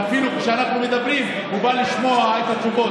ואפילו כשאנחנו מדברים הוא בא לשמוע את התשובות,